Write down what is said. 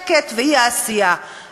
הוא הבטיח לי ואמר: אני לא רוצה להקריא